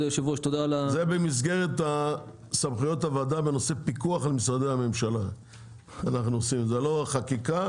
זה במסגרת סמכויות הוועדה בנושא פיקוח על משרדי הממשלה; לא חקיקה,